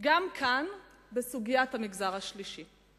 גם בסוגיית המגזר השלישי.